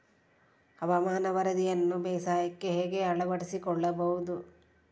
ಹವಾಮಾನದ ವರದಿಯನ್ನು ಬೇಸಾಯಕ್ಕೆ ಹೇಗೆ ಅಳವಡಿಸಿಕೊಳ್ಳಬಹುದು?